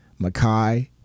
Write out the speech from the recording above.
Makai